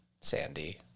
sandy